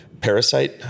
parasite